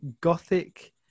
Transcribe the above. gothic